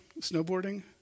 snowboarding